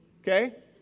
Okay